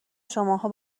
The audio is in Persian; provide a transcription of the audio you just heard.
شماها